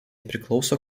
priklauso